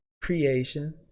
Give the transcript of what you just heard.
creation